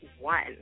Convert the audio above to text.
one